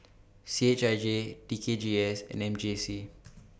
C H I J T K G S and M J C